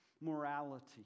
morality